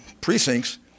precincts